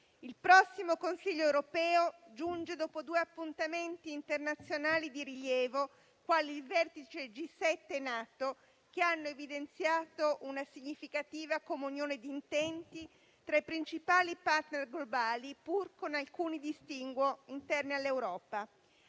il prossimo Consiglio europeo giunge dopo due appuntamenti internazionali di rilievo quali i vertici G7 e NATO, che hanno evidenziato una significativa comunione di intenti tra i principali *partner* globali, pur con alcuni distinguo interni all'Europa;